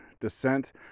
descent